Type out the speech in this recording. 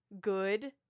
good